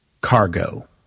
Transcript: cargo